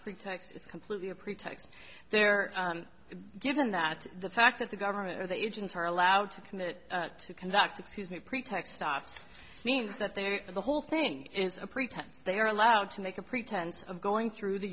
pretext it's completely a pretext there given that the fact that the government or the agents are allowed to commit to conduct excuse me pretext stops means that they're the whole thing is a pretense they are allowed to make a pretense of going through the